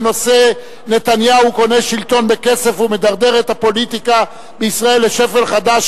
בנושא: נתניהו קונה שלטון בכסף ומדרדר את הפוליטיקה בישראל לשפל חדש,